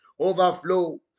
Overflow